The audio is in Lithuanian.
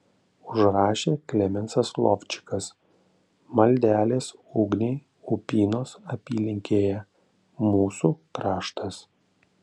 užrašė klemensas lovčikas maldelės ugniai upynos apylinkėje mūsų kraštas